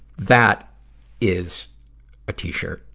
that is a t-shirt.